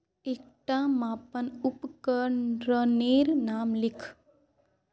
एकटा मापन उपकरनेर नाम लिख?